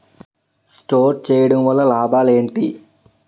Store చేయడం వల్ల లాభాలు ఏంటి?